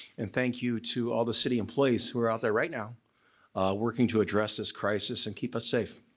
and thank you to all the city employees who are out there right now working to address this crisis and keep us safe.